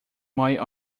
might